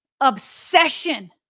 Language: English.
obsession